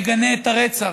מגנה את הרצח.